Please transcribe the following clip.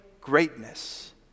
greatness